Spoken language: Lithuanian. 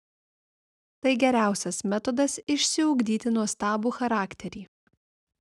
tai geriausias metodas išsiugdyti nuostabų charakterį